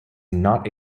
not